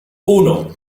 uno